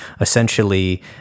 essentially